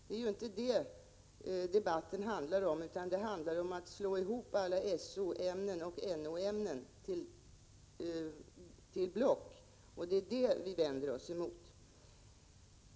Det är ju inte det debatten handlar om utan om att slå ihop alla SO-ämnen och NO-ämnen till block. Det är det vi vänder oss emot.